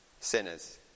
sinners